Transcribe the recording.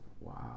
Wow